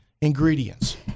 ingredients